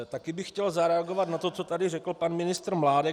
Taky bych chtěl zareagovat na to, co tady řekl pan ministr Mládek.